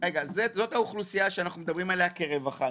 זו האוכלוסייה שאנחנו מדברים עליה כרווחה.